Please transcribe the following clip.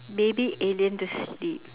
baby alien to sleep